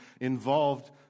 involved